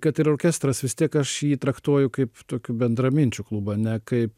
kad ir orkestras vis tiek aš jį traktuoju kaip tokių bendraminčių klubą ne kaip